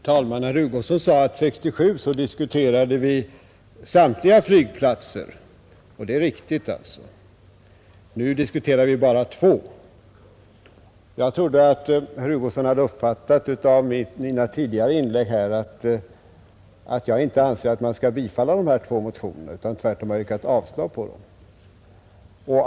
Herr talman! Herr Hugosson sade att vi 1967 diskuterade samtliga flygplatser, men nu diskuterar vi bara två. Det är alldeles riktigt. Men jag trodde att herr Hugosson av mina tidigare inlägg hade uppfattat att jag inte anser att de två motioner det här gäller bör bifallas. Tvärtom har jag yrkat avslag på dem.